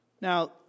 Now